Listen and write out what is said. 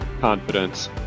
confidence